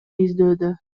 издөөдө